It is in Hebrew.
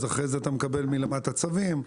אבל אחרי זה אתה מקבל מלטה צווים,